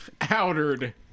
Outered